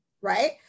right